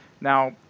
Now